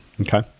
Okay